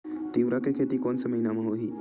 तीवरा के खेती कोन से महिना म होही?